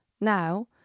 Now